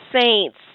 Saints